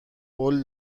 قول